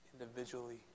individually